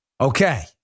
Okay